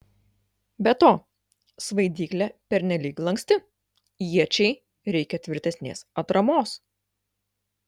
be to svaidyklė pernelyg lanksti iečiai reikia tvirtesnės atramos